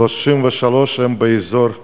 ו-33% הן באזור השרון.